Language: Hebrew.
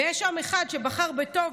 ויש עם אחד שבחר בטוב,